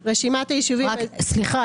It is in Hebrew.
סליחה.